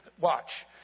watch